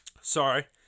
sorry